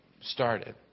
started